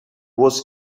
was